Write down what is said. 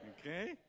okay